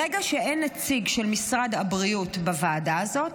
ברגע שאין נציג של משרד הבריאות בוועדה הזאת,